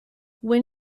when